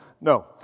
No